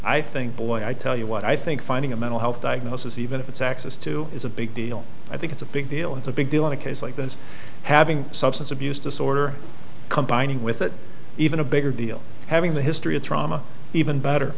i think boy i tell you what i think finding a mental health diagnosis even if it's access to is a big deal i think it's a big deal it's a big deal in a case like this having substance abuse disorder combining with it even a bigger deal having the history of trauma even better